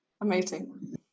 Amazing